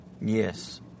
Yes